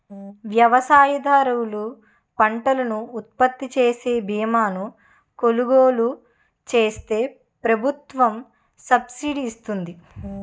వ్యవసాయదారులు పంటను ఉత్పత్తిచేసే బీమాను కొలుగోలు చేస్తే ప్రభుత్వం సబ్సిడీ ఇస్తుంది